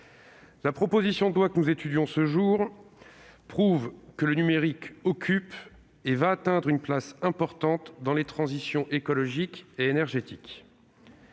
La proposition de loi que nous étudions ce jour prouve que le numérique occupe une place importante dans les transitions écologique et énergétique.